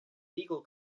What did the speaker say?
legal